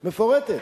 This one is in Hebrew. מפורטת.